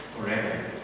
forever